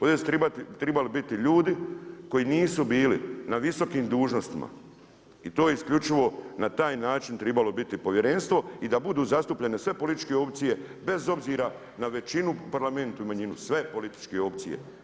Ovdje su tribali biti ljudi koji nisu bili na visokim dužnostima i to je isključivo na taj način tribalo biti povjerenstvo i da budu zastupljene sve političke opcije bez obzira na većinu u Parlamentu, manjinu, sve političke opcije.